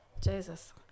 Jesus